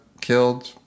killed